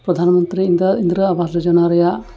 ᱯᱨᱚᱫᱷᱟᱱ ᱢᱚᱱᱛᱨᱤ ᱤᱱᱫᱨᱟ ᱟᱵᱟᱥ ᱡᱳᱡᱚᱱᱟ ᱨᱮᱭᱟᱜ